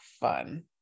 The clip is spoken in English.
fun